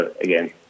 again